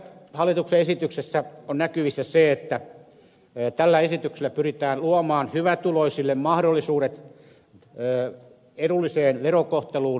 tässä hallituksen esityksessä on näkyvissä se että tällä esityksellä pyritään luomaan hyvätuloisille mahdollisuudet edulliseen verokohteluun eläkesäästämistä varten